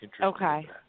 Okay